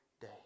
day